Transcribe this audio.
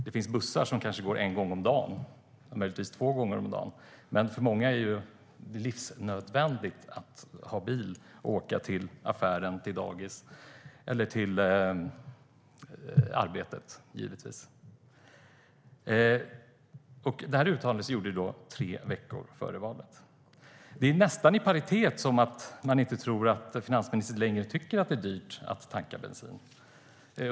Det finns bussar som går en eller möjligtvis två gånger om dagen, men för många är det livsnödvändigt att ha bil för att åka till affären, dagis eller arbetet. Det här uttalandet gjordes tre veckor före valet. Det är nästan så att man tror att finansministern inte längre tycker att det är dyrt att tanka bensin.